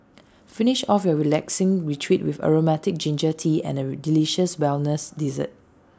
finish off your relaxing retreat with Aromatic Ginger Tea and A delicious wellness dessert